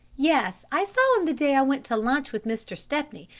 yes, i saw him the day i went to lunch with mr. stepney,